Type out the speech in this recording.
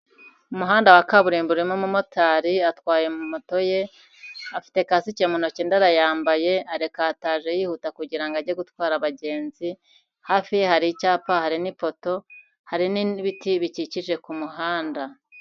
Umuhanda wa kaburimbo urimo umumotari atwaye moto ye, afite kasike mu ntoki undi arayambaye, arekataje yihuta kugira ngo ajye gutwara abagenzi, hafi ye hari icyapa hari n'ipoto, hari n'ibiti bikikije ku muhanda.